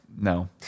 No